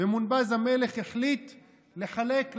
ומונבז המלך החליט לחלק,